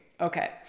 okay